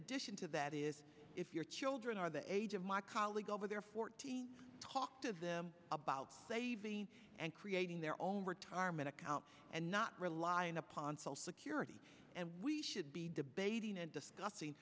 addition to that is if your children are the age of my colleague over there forty talk to them about saving and creating their own retirement account and not relying upon false security and we should be debating and discussing